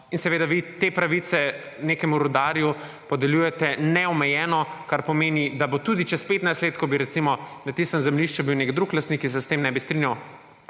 in seveda vi te pravice nekemu rudarju podeljujete neomejeno, kar pomeni, da bo tudi čez 15 let, ko bi recimo na tistem zemljišču bil nek drug lastnik in se s tem ne bi strinjal,